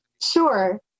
Sure